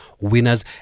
winners